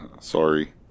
sorry